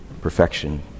perfection